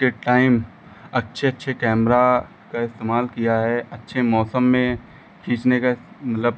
के टाइम अच्छे अच्छे कैमरा का इस्तेमाल किया है अच्छे मौसम में खींचने का मतलब